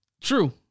True